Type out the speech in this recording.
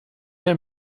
der